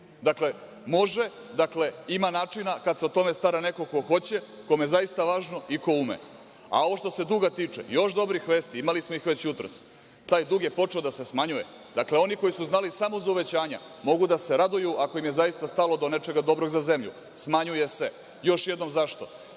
Dakle, može i ima načina kad se o tome stara neko ko hoće, kome je zaista važno i ko ume. Ovo što se duga tiče, ima još dobrih vesti, imali smo ih već jutros. Taj dug je počeo da se smanjuje. Dakle, oni koji su znali samo za uvećanja, mogu da se raduju ako im je zaista stalo do nečega dobrog za zemlju. Smanjuje se. Još jednom, zašto?